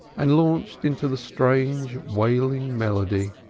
and launched into the strange wailing melody